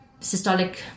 systolic